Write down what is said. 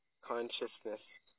consciousness